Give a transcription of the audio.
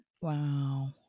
Wow